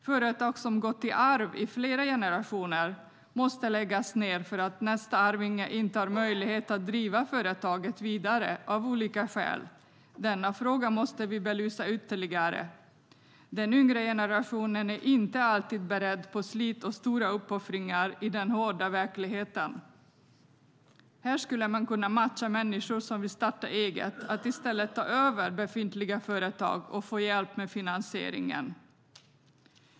Företag som gått i arv i flera generationer måste läggas ned för att nästa arvinge inte har möjlighet att driva företaget vidare av olika skäl. Denna fråga måste vi belysa ytterligare. Den yngre generationen är inte alltid beredd på slit och stora uppoffringar i den hårda verkligheten. Här skulle man kunna matcha människor som vill starta eget. De skulle i stället kunna ta över befintliga företag och få hjälp med finansieringen.